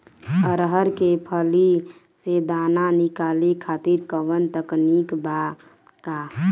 अरहर के फली से दाना निकाले खातिर कवन तकनीक बा का?